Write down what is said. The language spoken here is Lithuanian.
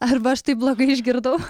arba aš taip blogai išgirdau